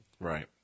Right